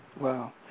Wow